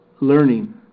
learning